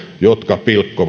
jotka pilkkovat senaatin